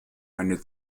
eine